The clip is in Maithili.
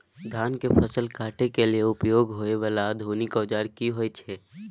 धान के फसल काटय के लिए उपयोग होय वाला आधुनिक औजार की होय छै?